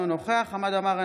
אינו נוכח חמד עמאר,